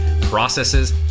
processes